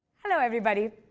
hello, everybody.